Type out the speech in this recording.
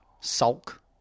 Sulk